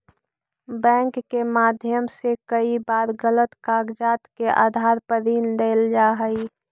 bank के माध्यम से कई बार गलत कागजात के आधार पर ऋण लेल जा हइ